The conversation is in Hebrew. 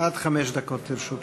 עד חמש דקות לרשותך.